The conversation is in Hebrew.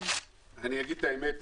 אני אגיד את האמת,